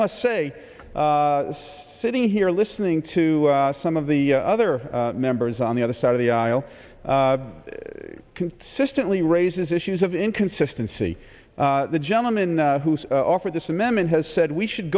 must say sitting here listening to some of the other members on the other side of the aisle consistently raises issues of inconsistency the gentleman who's offered this amendment has said we should